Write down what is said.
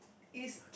it's